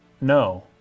no